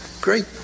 great